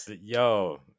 yo